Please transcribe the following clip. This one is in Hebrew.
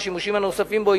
והשימושים הנוספים בו,